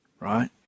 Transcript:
right